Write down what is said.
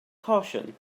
caution